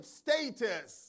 status